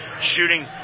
shooting